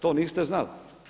To niste znali.